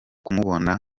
kumubona